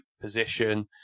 position